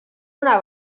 una